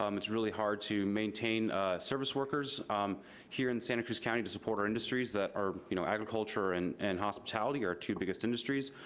um it's really hard to maintain service workers here in santa cruz county to support our industries that are you know, agriculture and and hospitality, our two biggest industries.